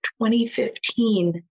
2015